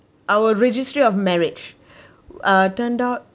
our registry of marriage uh turned out